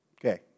Okay